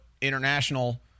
international